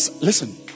listen